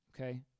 okay